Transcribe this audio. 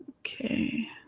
okay